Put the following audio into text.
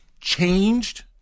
changed